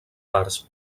parts